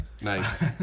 Nice